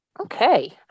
Okay